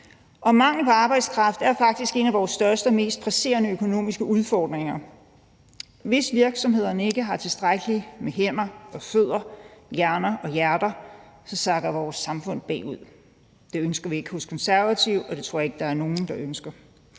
Og mangel på arbejdskraft er faktisk en af vores største og mest presserende økonomiske udfordringer. Hvis virksomhederne ikke har tilstrækkelig med hænder og fødder, hjerner og hjerter, så sakker vores samfund bagud. Det ønsker vi ikke hos Konservative, og det tror jeg ikke der er nogen der ønsker.